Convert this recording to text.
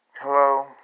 Hello